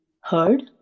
heard